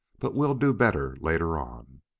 but we'll do better later on.